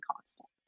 constant